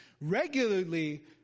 regularly